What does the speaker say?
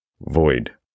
void